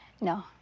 No